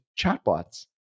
chatbots